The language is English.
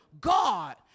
God